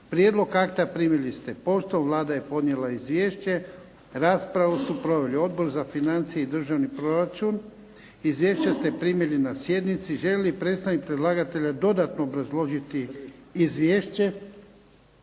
Prijedlog akta primili ste poštom. Vlada je podnijela izvješće. Raspravu su proveli Odbor za financije i državni proračun. Izvješća ste primili na sjednici. Želi li predstavnik predlagatelja dodatno obrazložiti izvješće?